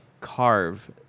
carve